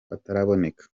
ataraboneka